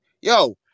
yo